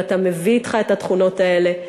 ואתה מביא אתך את התכונות האלה.